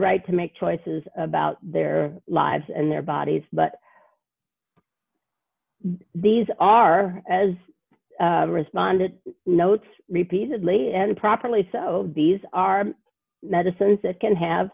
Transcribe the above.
right to make choices about their lives and their bodies but these are as responded notes repeatedly and properly so these are medicines that can have